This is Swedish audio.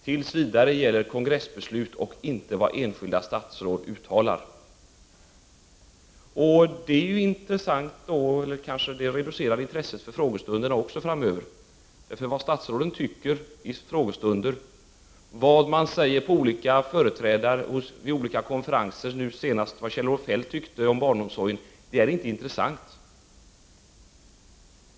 Tills vidare gäller kongressbeslut och inte vad enskilda statsråd uttalar. Det är i och för sig intressant, men det kanske reducerar intresset för frågestunderna framöver. Vad statsråden tycker i frågestunder, vad olika företrädare för partiet säger vid olika konferenser — nu senast vad Kjell-Olof Feldt tyckte om barnomsorgen — är inte intressant.